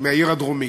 מהעיר הדרומית,